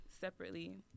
separately